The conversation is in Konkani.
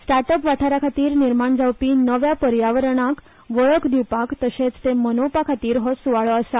स्टार्टअप वाठाराखातीर निर्माण जावपी नव्या पर्यावरणाक वळख दिवपाक तशेच ते मनोवपाखातीर हो सुवाळो आसा